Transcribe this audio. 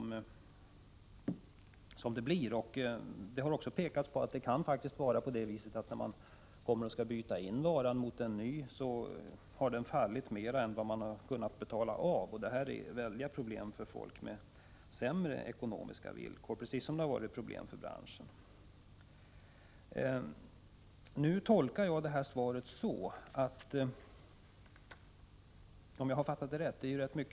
Det har också pekats på att en person som velat byta in den köpta varan mot en ny faktiskt har stått inför en avbetalningsskuld som varit större än han kunnat klara av. Det har inneburit väldiga problem för folk som lever under dåliga ekonomiska villkor, liksom också för branschen. Om jag har förstått svaret rätt — det har ju varit rätt många turer kring Prot.